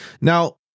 now